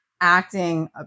acting